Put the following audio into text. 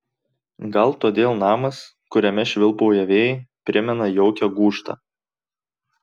gal todėl namas kuriame švilpauja vėjai primena jaukią gūžtą